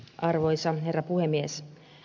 arvoisa herra puhemies